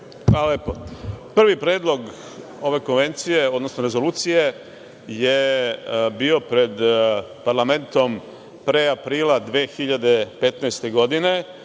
Hvala lepo. Prvi predlog ove konvencije, odnosno rezolucije je bio pred parlamentom pre aprila 2015. godine. Dakle,